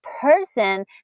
person